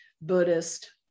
Buddhist